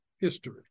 history